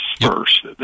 first